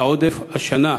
העודף השנה,